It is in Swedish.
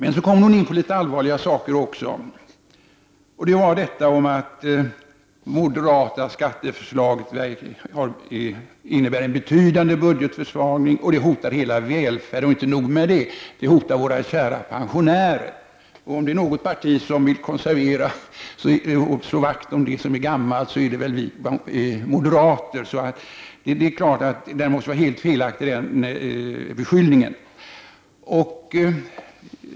Anita Johansson berörde litet allvarligare saker också, nämligen att det moderata skatteförslaget skulle innebära en betydande budgetförsvagning, att det hotar välfärden — men inte nog med det. Det skulle också hota våra kära pensionärer. Om det är något parti som vill slå vakt om det som är gammalt så är det vi moderater. Den beskyllningen måste därför vara helt felaktig.